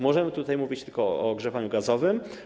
Możemy tutaj mówić tylko o ogrzewaniu gazowym.